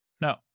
No